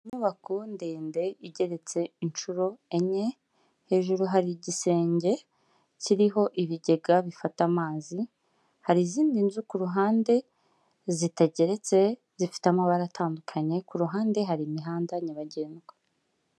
Inyubako ndende igeretse inshuro enye; hejuru hari igisenge kiriho ibigega bifata amazi; hari izindi nzu ku ruhande zitageretse zifite amabara atandukanye, ku ruhande hari imihanda nyabagendwa.